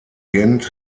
gent